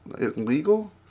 illegal